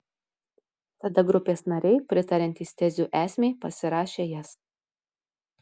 tada grupės nariai pritariantys tezių esmei pasirašė jas